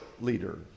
leader